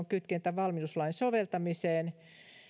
kytkentä valmiuslain soveltamiseen